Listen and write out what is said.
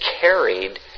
carried